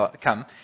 come